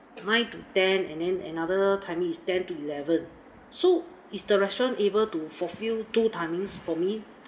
nine to ten and then another timing is ten to eleven so is the restaurant able to fulfill two timings for me